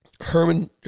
Herman